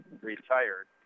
retired